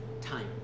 Time